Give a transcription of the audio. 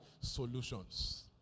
Solutions